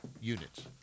units